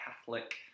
Catholic